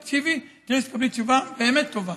תקשיבי, תראי שתקבלי תשובה באמת טובה.